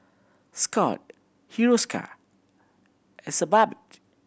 Scott Hiruscar and Sebamed